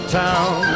town